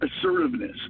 assertiveness